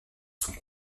sont